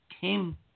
came